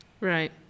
Right